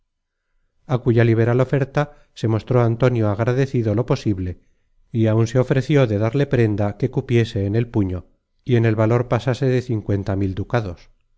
á cuya liberal oferta se mostró antonio agradecido lo posible y áun se ofreció de darle prenda que cupiese en el puño y en el valor pasase de cincuenta mil ducados